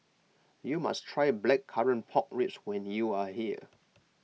you must try Blackcurrant Pork Ribs when you are here